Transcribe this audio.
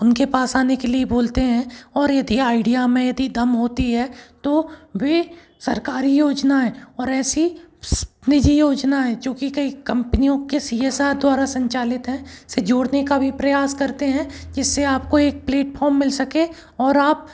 उनके पास आने के लिए बोलते हैं और यदि आइडिया में यदि दम होती है तो वे सरकारी योजनाऍं और ऐसी निजी योजनाऍं जो कि कई कम्पनियों के सी एस आर द्वारा संचालित हैं से जोड़ने का भी प्रयास करते हैं जस से आप को एक प्लेटफाेम मिल सके और आप